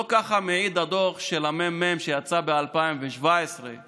לא ככה מעיד הדוח של הממ"מ שיצא ב-2017 לגבי